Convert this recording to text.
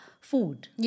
food